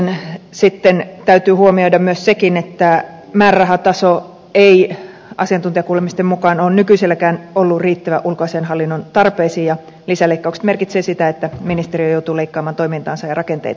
pikkusen sitten täytyy huomioida myös sekin että määrärahataso ei asiantuntijakuulemisten mukaan ole nykyiselläkään ollut riittävä ulkoasiainhallinnon tarpeisiin ja lisäleikkaukset merkitsevät sitä että ministeriö joutuu leikkaamaan toimintaansa ja rakenteitaan